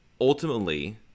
ultimately